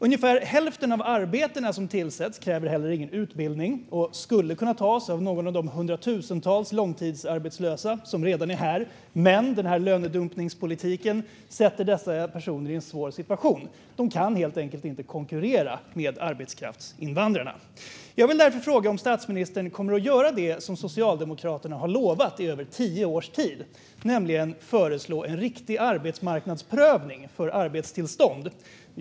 Ungefär hälften av de arbeten som tillsätts kräver inte heller någon utbildning och skulle kunna tas av någon av de hundratusentals långtidsarbetslösa som redan är här, men lönedumpningspolitiken sätter dessa personer i en svår situation. De kan helt enkelt inte konkurrera med arbetskraftsinvandrarna. Jag vill därför fråga om statsministern kommer att göra det som Socialdemokraterna har lovat i över tio års tid, nämligen föreslå en riktig arbetsmarknadsprövning för arbetstillstånd.